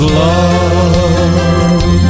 love